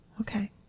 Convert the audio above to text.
okay